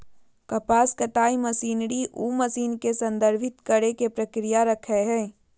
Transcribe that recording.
कपास कताई मशीनरी उ मशीन के संदर्भित करेय के प्रक्रिया रखैय हइ